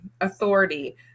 authority